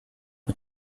mit